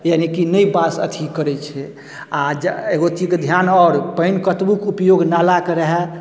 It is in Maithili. यानिकि नै पास अथी करेै छै आओर जे एगो चीजके ध्यान आओर पानि कतबुक उपयोग नालाके रहै